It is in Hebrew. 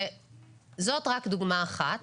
זאת רק דוגמה אחת.